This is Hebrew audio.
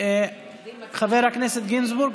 חבר הכנסת גינזבורג,